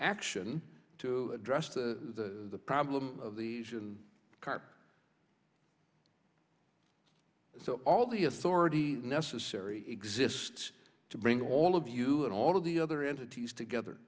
action to address the problem of the car so all the authority necessary exists to bring all of you and all of the other entities together